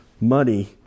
money